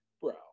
bro